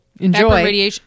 Enjoy